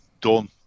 done